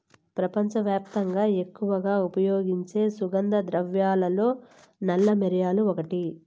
ప్రపంచవ్యాప్తంగా ఎక్కువగా ఉపయోగించే సుగంధ ద్రవ్యాలలో నల్ల మిరియాలు ఒకటి